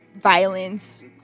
violence